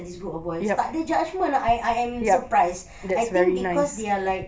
this group of boys tak ada judgment I I am surprised I think cause they are like